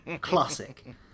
Classic